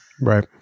Right